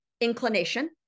inclination